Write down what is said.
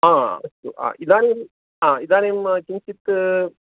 हा अस्तु इदानीं इदानीं किञ्चित्